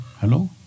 Hello